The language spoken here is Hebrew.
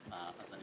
אז אם